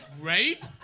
rape